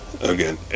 Again